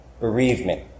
bereavement